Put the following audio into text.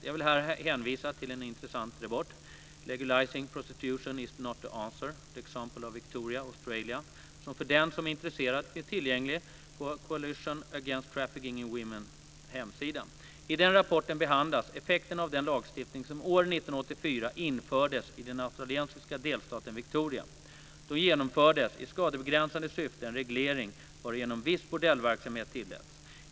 Jag vill här hänvisa till en intressant rapport, Legalising Prostitution is not the Answer: The Example of Victoria, Australia, som för den som är intresserad finns tillgänglig på Coalition Against Trafficking in Womens hemsida. I den rapporten behandlas effekterna av den lagstiftning som år 1984 infördes i den australiska delstaten Victoria. Då genomfördes i skadebegränsande syfte en reglering varigenom viss bordellverksamhet tilläts.